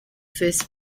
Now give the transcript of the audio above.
first